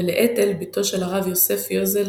ולאטל, בתו של רבי יוסף יוזל